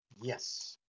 Yes